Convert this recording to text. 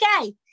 okay